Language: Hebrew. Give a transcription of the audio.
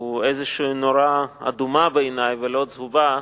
הוא בעיני איזו נורה אדומה ולא צהובה,